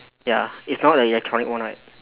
ya it's not an electronic one right